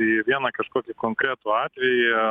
į vieną kažkokį konkretų atvejį